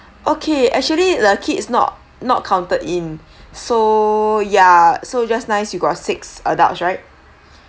okay actually the kids not not counted in so yeah so just nice you got six adults right